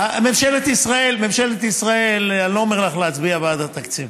ממשלת ישראל, אני לא אומר לך להצביע בעד התקציב,